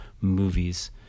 movies